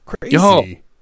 crazy